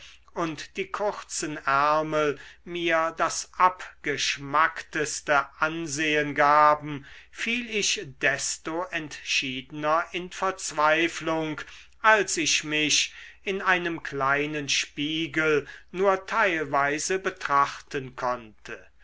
und die kurzen ärmel mir das abgeschmackteste ansehen gaben fiel ich desto entschiedener in verzweiflung als ich mich in einem kleinen spiegel nur teilweise betrachten konnte